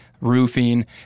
roofing